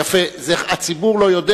יפה, הציבור לא יודע.